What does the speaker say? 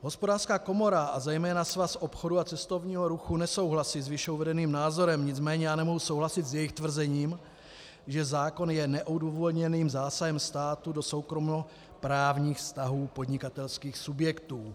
Hospodářská komora a zejména Svaz obchodu a cestovního ruchu nesouhlasí s výše uvedeným názorem, nicméně já nemohu souhlasit s jejich tvrzením, že zákon je neodůvodněným zásahem státu do soukromoprávních vztahů podnikatelských subjektů.